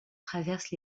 traverse